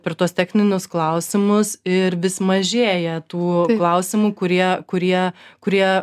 per tuos techninius klausimus ir vis mažėja tų klausimų kurie kurie kurie